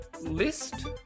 List